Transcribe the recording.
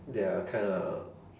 they are kinda